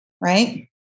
right